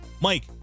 mike